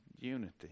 unity